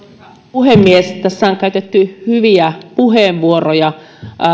puhemies tässä on käytetty hyviä puheenvuoroja